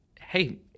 hey